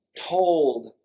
told